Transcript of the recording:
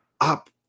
up